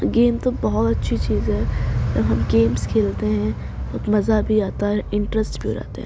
game تو بہت اچھی چیز ہے جب ہم گیمس کھیلتے ہیں بہت مزہ بھی آتا ہے انٹرسٹ بھی رہتا ہے